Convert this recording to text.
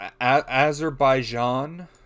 azerbaijan